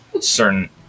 certain